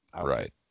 right